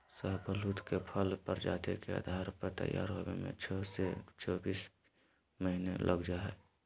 शाहबलूत के फल प्रजाति के आधार पर तैयार होवे में छो से चोबीस महीना लग जा हई